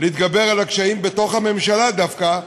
להתגבר על הקשיים בתוך הממשלה דווקא,